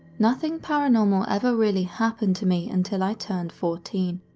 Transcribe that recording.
nothing paranormal ever really happened to me until i turned fourteen.